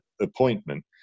appointment